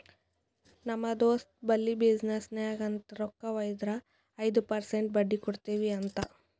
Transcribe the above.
ನಮ್ ದೋಸ್ತ್ ಬಲ್ಲಿ ಬಿಸಿನ್ನೆಸ್ಗ ಅಂತ್ ರೊಕ್ಕಾ ವೈದಾರ ಐಯ್ದ ಪರ್ಸೆಂಟ್ ಬಡ್ಡಿ ಕೊಡ್ತಿವಿ ಅಂತ್